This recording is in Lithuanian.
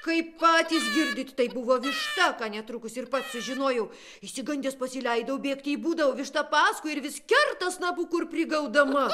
kaip patys girdit tai buvo višta ką netrukus ir pats sužinojau išsigandęs pasileidau bėgti į būdą o višta paskui ir vis kerta snapu kur prigaudama